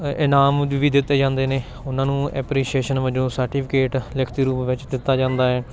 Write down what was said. ਇਨਾਮ ਵੀ ਦਿੱਤੇ ਜਾਂਦੇ ਨੇ ਉਹਨਾਂ ਨੂੰ ਐਪਰੀਸੀਏਸ਼ਨ ਵਜੋਂ ਸਰਟੀਫਿਕੇਟ ਲਿਖਤੀ ਰੂਪ ਵਿੱਚ ਦਿੱਤਾ ਜਾਂਦਾ ਹੈ